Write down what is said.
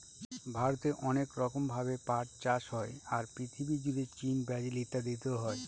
ভারতে অনেক রকম ভাবে পাট চাষ হয়, আর পৃথিবী জুড়ে চীন, ব্রাজিল ইত্যাদিতে হয়